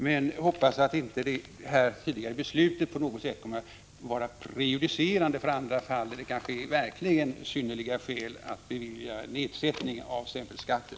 Jag hoppas att inte det tidigare beslutet kommer att vara prejudicerande för andra fall, där det kanske verkligen finns synnerliga skäl att exempelvis bevilja nedsättning av skatten.